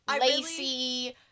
Lacey